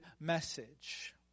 message